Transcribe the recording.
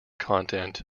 content